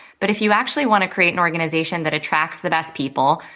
but if you actually want to create an organization that attracts the best people,